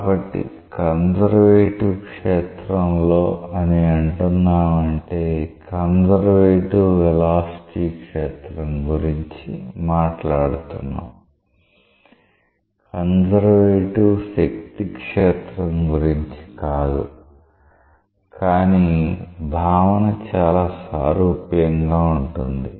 కాబట్టి కన్సర్వేటివ్ క్షేత్రం లో అని అంటున్నామంటే కన్సర్వేటివ్ వెలాసిటీ క్షేత్రం గురించి మాట్లాడుతున్నాం కన్సర్వేటివ్ శక్తి క్షేత్రం గురించి కాదు కానీ భావన చాలా సారూప్యంగా ఉంటుంది